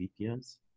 VPNs